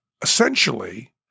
essentially